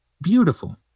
Beautiful